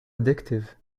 addictive